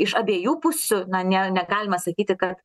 iš abiejų pusių na ne negalima sakyti kad